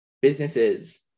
businesses